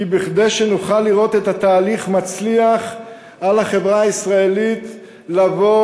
כי כדי שנוכל לראות את התהליך מצליח על החברה הישראלית לבוא